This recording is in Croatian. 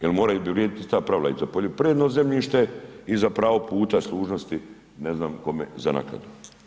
Jer moraju vrijediti ista pravila i za poljoprivredno zemljište i za pravo puta služnosti ne znam kome za naknadu.